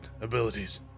abilities